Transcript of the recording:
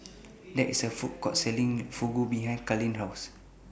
There IS A Food Court Selling Fugu behind Carlyn's House